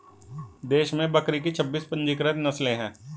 देश में बकरी की छब्बीस पंजीकृत नस्लें हैं